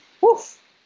Woof